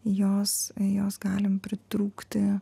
jos jos galim pritrūkti